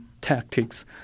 tactics